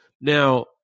Now